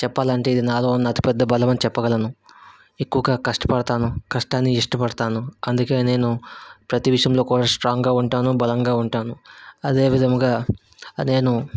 చెప్పాలంటే ఇది నాలో ఉన్న అతి పెద్ద బలం అని చెప్పగలను ఎక్కువగా కష్టపడ్తాను కష్టాన్ని ఇష్టపడ్తాను అందుకే నేను ప్రతి విషయంలో కూడా స్ట్రాంగ్గా ఉంటాను బలంగా ఉంటాను అదేవిధంగా నేను